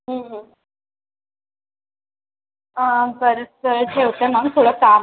बरं चल ठेवते मग थोडं काम आहे